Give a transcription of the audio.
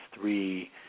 three